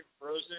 frozen